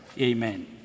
amen